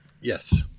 Yes